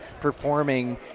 performing